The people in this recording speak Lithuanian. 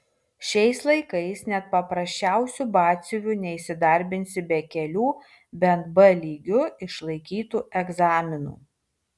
šiais laikais net paprasčiausiu batsiuviu neįsidarbinsi be kelių bent b lygiu išlaikytų egzaminų